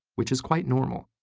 which is quite normal.